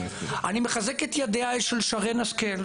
אני מחזק את ידיה של שרן השכל,